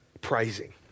praising